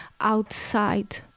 outside